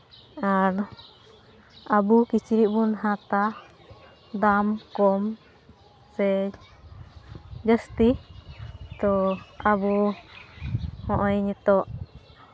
ᱟᱨ ᱟᱵᱚ ᱠᱤᱪᱨᱤᱡ ᱵᱚᱱ ᱦᱟᱛᱼᱟ ᱫᱟᱢ ᱠᱚᱢ ᱥᱮ ᱡᱟᱹᱥᱛᱤ ᱛᱚ ᱟᱵᱚ ᱦᱚᱜᱼᱚᱸᱭ ᱱᱤᱛᱚᱜ